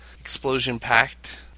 explosion-packed